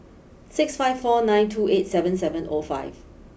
six five four nine two eight seven seven O five